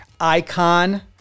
icon